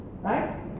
right